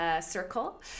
circle